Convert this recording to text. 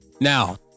Now